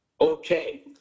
okay